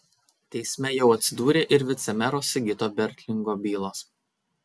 teisme jau atsidūrė ir vicemero sigito bertlingo bylos